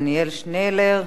ואם הוא לא יהיה כאן,